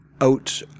out